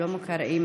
שלמה קרעי,